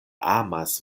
amas